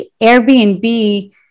Airbnb